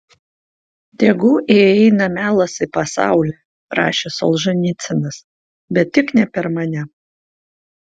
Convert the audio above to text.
tegul įeina melas į pasaulį rašė solženicynas bet tik ne per mane